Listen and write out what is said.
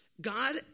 God